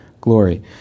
glory